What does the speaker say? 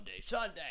Sunday